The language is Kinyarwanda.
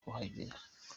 kuhagera